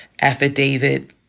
affidavit